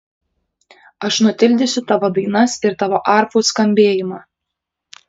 aš nutildysiu tavo dainas ir tavo arfų skambėjimą